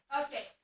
Okay